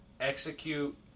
execute